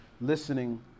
listening